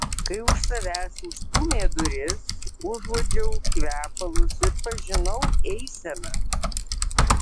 kai už savęs užstūmė duris užuodžiau kvepalus ir pažinau eiseną